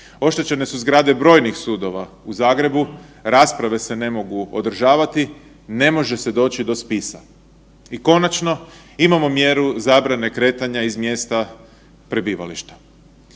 Oštećene su zgrade brojnih sudova. U Zagrebu rasprave se ne mogu održavati, ne može se doći do spisa. I konačno, imamo mjeru zabrane kretanja iz mjesta prebivališta.